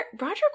Roger